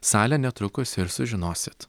salę netrukus ir sužinosit